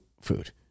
food